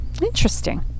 Interesting